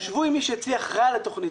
תשבו עם מי שאצלי אחראי על התוכנית,